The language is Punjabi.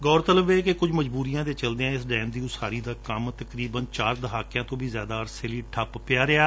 ਗੌਰਤਲਬ ਹੈ ਕਿ ਕੁਝ ਮਜਬੂਰੀਆਂ ਦੇ ਚਲਦਿਆਂ ਇਸ ਡੈਮ ਦਾ ਉਸਾਰੀ ਕੱਮ ਤਕਰੀਬਨ ਚਾਰ ਦਹਾਕਿਆਂ ਤੋਂ ਵੀ ਜਿਆਦਾ ਅਰਸੇ ਲਈ ਠੱਪ ਪਿਆ ਰਿਹਾ